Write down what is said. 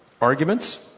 arguments